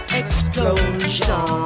explosion